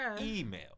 email